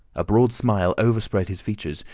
a broad smile overspread his features,